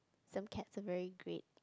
some cats are very great